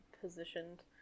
positioned